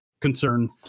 concern